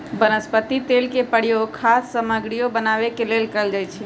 वनस्पति तेल के प्रयोग खाद्य सामगरियो बनावे के लेल कैल जाई छई